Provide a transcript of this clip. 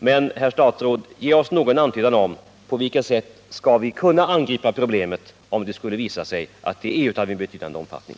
Men, herr statsråd, ge oss någon antydan om på vilket sätt vi skall kunna angripa problemet, om det skulle visa sig att det är av betydande omfattning!